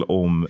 om